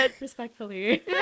respectfully